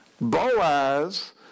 Boaz